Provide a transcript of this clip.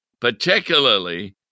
Particularly